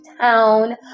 town